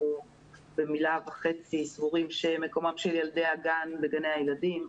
אנחנו סבורים שמקומם של ילדי הגן בגני הילדים,